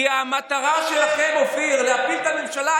כי המטרה שלכם להפיל את הממשלה,